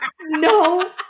No